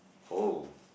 oh